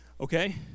Okay